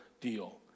deal